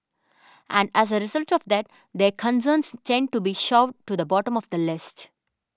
and as a result of that their concerns tend to be shoved to the bottom of the list